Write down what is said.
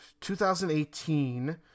2018